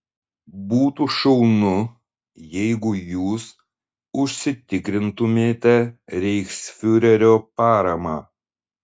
būtų šaunu jeigu jūs užsitikrintumėte reichsfiurerio paramą